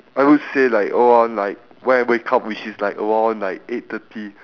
I would say like around like when I wake up which is like around like eight thirty